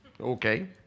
Okay